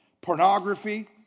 pornography